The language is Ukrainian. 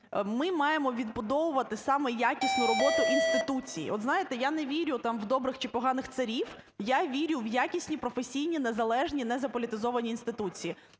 ми маємо відбудовувати саме якісну роботу інституцій. От знаєте, я не вірю там в добрих чи поганих царів, я вірю в якісні, професійні, незалежні, незаполітизовані інституції.